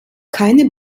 keine